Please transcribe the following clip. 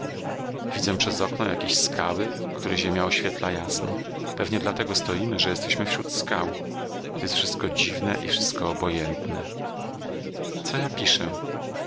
widzę przez okno jakieś skały które ziemia oświetla jasno pewnie dlatego stoimy że jesteśmy wśród skał to jest wszystko dziwne i wszystko obojętne co ja piszę